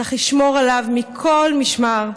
צריך לשמור עליו מכל משמר.